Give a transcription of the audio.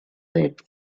said